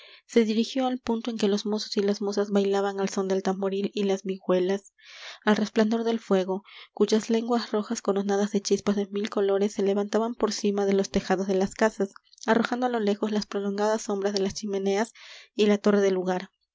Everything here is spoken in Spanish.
se dirigió al punto en que los mozos y las mozas bailaban al son del tamboril y las vihuelas al resplandor del fuego cuyas lenguas rojas coronadas de chispas de mil colores se levantaban por cima de los tejados de las casas arrojando á lo lejos las prolongadas sombras de las chimeneas y la torre del lugar